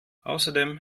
außerdem